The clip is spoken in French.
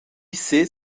sait